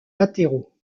latéraux